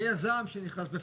ויזם שנכנס בפנים,